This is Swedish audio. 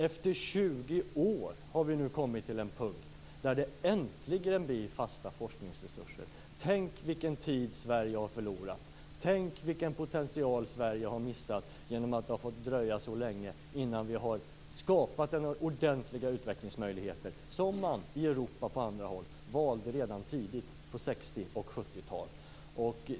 Efter 20 år har vi nu nått den punkt där det äntligen blir fasta forskningsresurser. Tänk vad tid Sverige har förlorat och tänk vilken potential Sverige har missat genom att det fått dröja så länge för oss att skapa ordentliga utvecklingsmöjligheter, något som man ute i Europa och på andra håll valde redan tidigt - på 60-talet och 70-talet.